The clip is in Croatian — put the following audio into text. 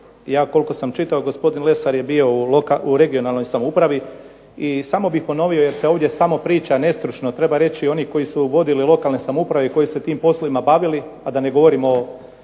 Ja koliko sam čitao gospodin Lesar je bio u regionalnoj samoupravi i samo bih ponovio jer se ovdje priča nestručno. Treba reći oni koji su vodili lokalne samouprave i koji su se tim poslovima bavili, a da ne govorimo o